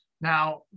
Now